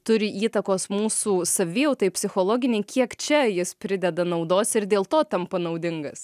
turi įtakos mūsų savijautai psichologinei kiek čia jis prideda naudos ir dėl to tampa naudingas